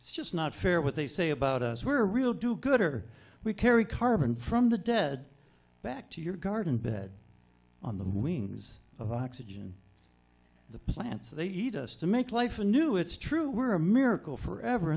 it's just not fair what they say about us we're real do gooder we carry carbon from the dead back to your garden bed on the wings of oxygen the plants they eat us to make life a new it's true we're a miracle forever